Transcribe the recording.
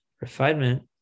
refinement